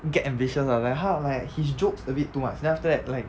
get ambitious ah like 他 like his jokes a bit too much then after that like